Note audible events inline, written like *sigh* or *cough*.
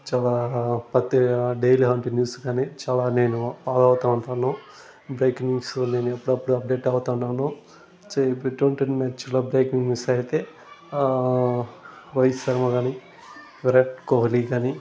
చాలా పత్తి daily hunt news కానీ చాలా నేను ఫాలో అవుతా ఉంటాను బ్రేకింగ్ న్యూస్ నేను ఎప్పడివప్పుడు అప్డేట్ అవుతానాను *unintelligible* మ్యాచ్లో బ్రేకింగ్ న్యూస్ అయితే రోహిత్ శర్మా కానీ విరాట్ కోహ్లీ కానీ